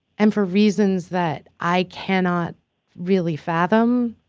and for reasons that i cannot really fathom,